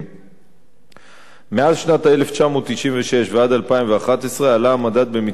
מאז שנת 1996 ועד 2011 עלה המדד במצטבר בכ-37%.